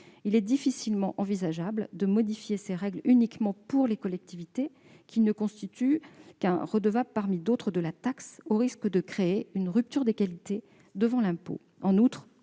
Il est difficilement envisageable de modifier ces règles uniquement pour les collectivités, qui ne constituent que des redevables de la taxe parmi d'autres, au risque de créer une rupture d'égalité devant l'impôt.